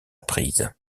prise